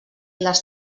les